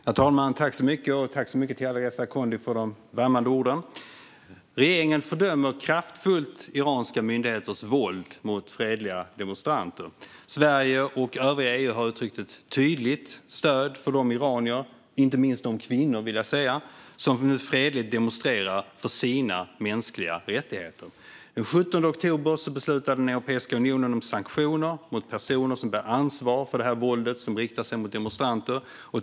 Herr talman! Tack, Alireza Akhondi för de värmande orden! Regeringen fördömer kraftfullt iranska myndigheters våld mot fredliga demonstranter. Sverige och övriga EU har uttryckt ett tydligt stöd för de iranier, inte minst kvinnorna, som nu fredligt demonstrerar för sina mänskliga rättigheter. Den 17 oktober beslutade Europeiska unionen om sanktioner mot personer som bär ansvar för detta våld som riktas mot demonstranter.